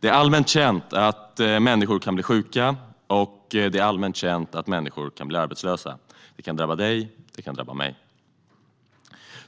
Det är allmänt känt att människor kan bli sjuka och att människor kan bli arbetslösa. Det kan drabba dig, och det kan drabba mig.